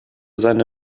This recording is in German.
seine